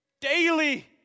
Daily